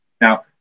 Now